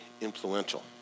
influential